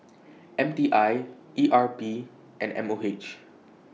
M T I E R P and M O H